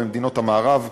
במדינות המערב.